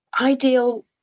ideal